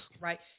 right